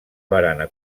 barana